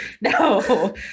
no